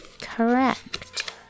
Correct